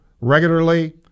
regularly